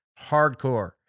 hardcore